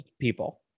people